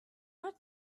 not